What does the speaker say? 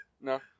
No